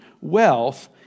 wealth